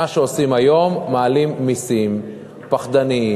מה שעושים היום, מעלים מסים פחדניים,